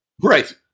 Right